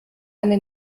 eine